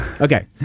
Okay